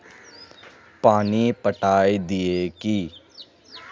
पानी पटाय दिये की?